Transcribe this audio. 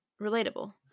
relatable